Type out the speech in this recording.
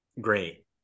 great